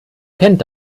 kennt